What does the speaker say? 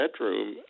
bedroom